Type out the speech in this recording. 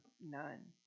none